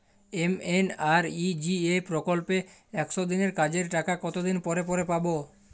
MNREGA প্রকল্পে একশ দিনের কাজের টাকা কতদিন পরে পরে পাব?